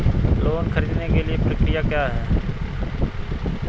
Loan ख़रीदने के लिए प्रक्रिया क्या है?